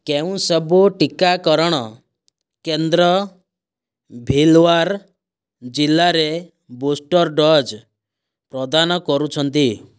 କେଉଁ ସବୁ ଟିକାକରଣ କେନ୍ଦ୍ର ଭିଲ୍ୱାର୍ ଜିଲ୍ଲାରେ ବୁଷ୍ଟର୍ ଡୋଜ୍ ପ୍ରଦାନ କରୁଛନ୍ତି